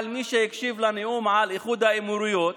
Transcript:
אבל מי שהקשיב לנאום על איחוד האמירויות